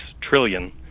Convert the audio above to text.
trillion